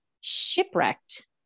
shipwrecked